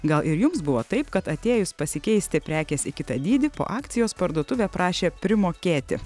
gal ir jums buvo taip kad atėjus pasikeisti prekės į kitą dydį po akcijos parduotuvė prašė primokėti